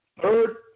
third